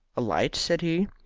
a light? said he.